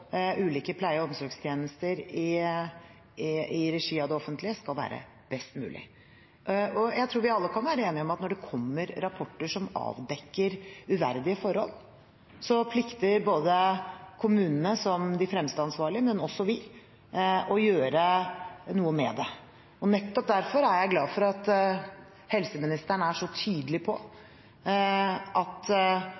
ulike pleie- og omsorgstjenester i regi av det offentlige skal være best mulig. Jeg tror vi alle kan være enige om at når det kommer rapporter som avdekker uverdige forhold, plikter både kommunene, som de fremste ansvarlige, og vi å gjøre noe med det. Nettopp derfor er jeg glad for at helseministeren er så tydelig på